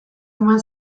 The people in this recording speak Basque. omen